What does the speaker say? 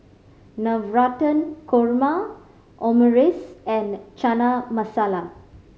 Navratan Korma Omurice and Chana Masala